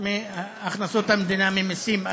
מהכנסות המדינה ממיסים?